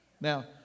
Now